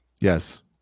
Yes